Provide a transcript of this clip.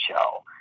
show